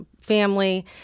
family